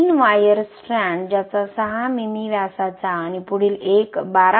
3वायर strand ज्याचा 6 मिमी व्यासाचा आणि पुढील एक 12